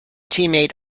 teammate